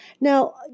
Now